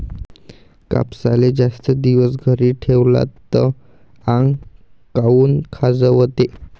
कापसाले जास्त दिवस घरी ठेवला त आंग काऊन खाजवते?